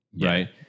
right